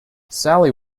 sally